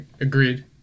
Agreed